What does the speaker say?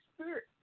Spirit